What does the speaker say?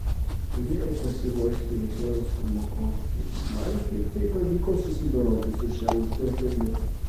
turėjau pasiruošti rytojaus pamokoms ir man šiaip taip pavyko susidoroti su šia užduotimi